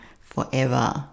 forever